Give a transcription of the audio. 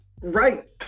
Right